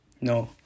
No